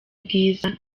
bwiza